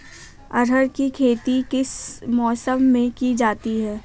अरहर की खेती किस मौसम में की जाती है?